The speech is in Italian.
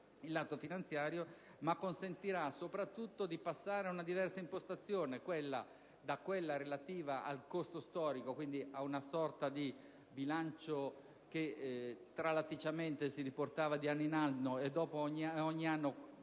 il lato finanziario), ma consentirà soprattutto di passare ad una diversa impostazione, da quella relativa al costo storico (quindi una sorta di bilancio che tralaticiamente si riportava di anno in anno, creando delle